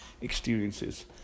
experiences